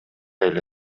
эле